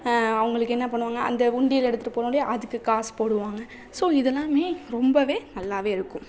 அவங்களுக்கு என்ன பண்ணுவாங்க அந்த உண்டியல் எடுத்துட்டுப் போனாலே அதுக்கு காசு போடுவாங்க ஸோ இதெல்லாமே ரொம்பவே நல்லாவே இருக்கும்